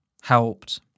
helped